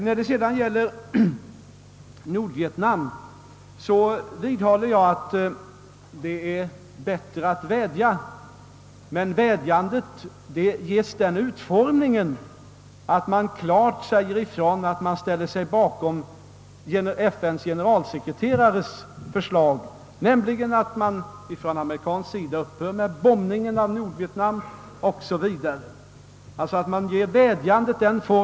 När det gäller Nordvietnam vidhåller jag att det är bättre att vädja, men vädjandet bör ges den utformningen att man klart säger ifrån att man ställer sig bakom FN:s generalsekreterare Thants förslag till Amerika, nämligen att amerikanerna upphör med bombningen av Nordvietnam o. s. v.